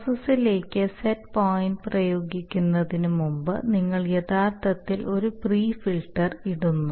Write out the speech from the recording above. പ്രോസസ്സിലേക്ക് set point പ്രയോഗിക്കുന്നതിന് മുമ്പ് നിങ്ങൾ യഥാർത്ഥത്തിൽ ഒരു പ്രീ ഫിൽട്ടർ ഇടുന്നു